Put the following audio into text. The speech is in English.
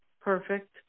perfect